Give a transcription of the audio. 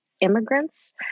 immigrants